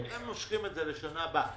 הם מושכים את זה לשנה הבאה.